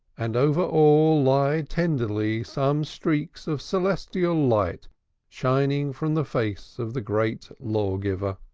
and over all lie tenderly some streaks of celestial light shining from the face of the great lawgiver.